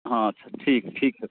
हाँ अच्छा ठीक है ठीक है